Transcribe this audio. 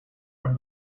from